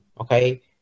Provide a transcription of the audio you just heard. Okay